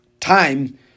time